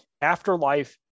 afterlife